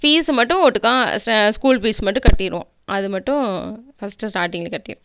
fees மட்டும் ஓட்டுக்கா ச ஸ்கூல் ஃபீஸ் மட்டும் கட்டிருவோம் அது மட்டும் ஃபர்ஸ்ட்டு ஸ்டார்டிங்ல கட்டி